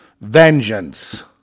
Vengeance